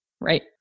Right